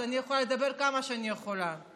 אז אני יכולה לדבר כמה שאני ארצה.